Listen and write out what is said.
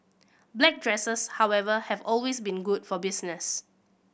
black dresses however have always been good for business